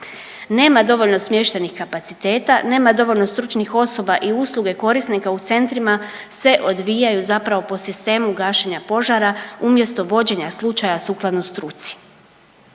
Nema dovoljno smještajnih kapaciteta, nema dovoljno stručnih osoba i usluge korisnika, u centrima se odvijaju zapravo po sistemu gašenja požara umjesto vođenja slučaja sukladno struci.